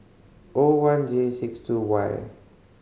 O one J six two Y